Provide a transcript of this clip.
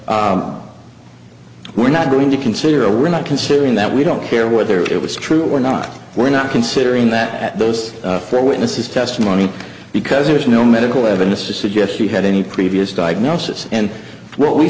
d we're not going to consider a we're not considering that we don't care whether it was true or not we're not considering that at those four witness's testimony because there's no medical evidence to suggest she had any previous diagnosis and w